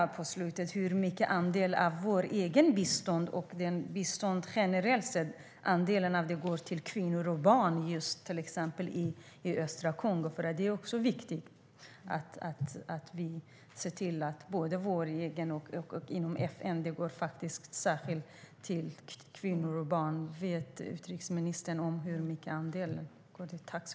Hur stor andel av vårt eget bistånd och av bistånd generellt går till kvinnor och barn, till exempel i östra Kongo? Det är viktigt att vi ser till att biståndet, både vårt eget och inom FN, går särskilt till kvinnor och barn. Vet utrikesministern hur stor andelen är?